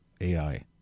AI